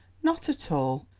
not at all.